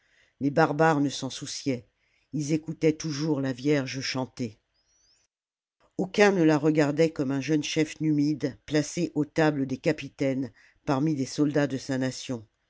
les barbares ne s'en souciaient ils écoutaient toujours la vierge chanter aucun ne la regardait comme un jeune chef numide placé aux tables des capitaines parmi des soldats de sa nation